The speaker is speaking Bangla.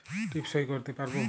টিপ সই করতে পারবো?